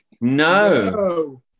No